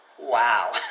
wow